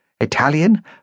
Italian